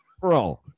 Bro